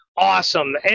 awesome